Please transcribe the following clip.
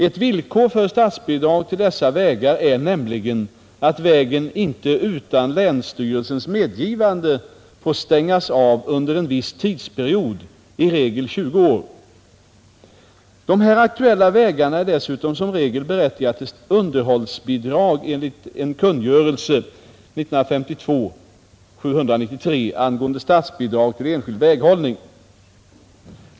Ett villkor för statsbidrag till dessa vägar är nämligen att vägen inte utan länsstyrelsens medgivande får stängas av under en viss tidsperiod, i regel 20 år. De här aktuella vägarna är dessutom som regel berättigade till underhållsbidrag enligt kungörelsen angående statsbidrag till enskild väghållning.